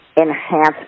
enhance